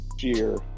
year